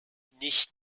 nicht